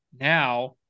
now